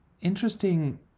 interesting